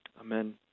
Amen